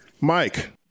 Mike